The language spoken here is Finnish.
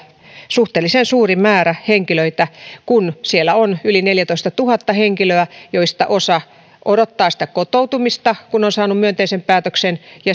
suhteellisen suuri määrä henkilöitä siellä on yli neljätoistatuhatta henkilöä joista osa odottaa kotoutumista kun on saanut myönteisen päätöksen